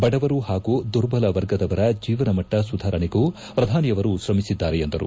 ಬಡವರು ಹಾಗೂ ದುರ್ಬಲ ವರ್ಗದವರ ಜೀವನಮಟ್ಟ ಸುಧಾರಣೆಗೂ ಪ್ರಧಾನಿಯವರು ಶ್ರಮಿಸಿದ್ದಾರೆ ಎಂದರು